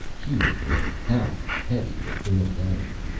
here were the houses, heavy with familiarity.